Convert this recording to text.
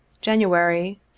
January